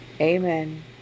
Amen